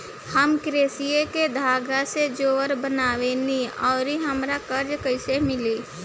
हम क्रोशिया के धागा से जेवर बनावेनी और हमरा कर्जा कइसे मिली?